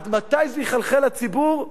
מתי זה יחלחל לציבור?